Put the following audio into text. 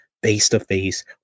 face-to-face